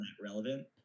relevant